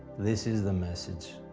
this is the message.